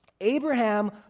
Abraham